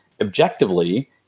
objectively